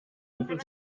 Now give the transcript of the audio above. rufen